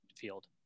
field